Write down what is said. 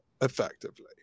effectively